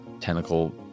tentacle